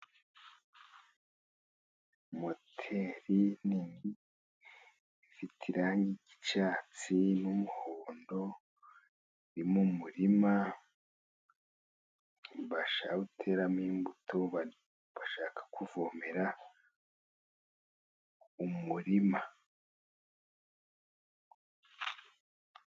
Moteri nini ifite irangi ry'icyatsi n'umuhondo, iri mu murima bashaka guteramo imbuto, bashaka kuvomera umurima.